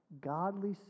Godly